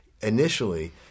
Initially